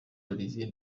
olivier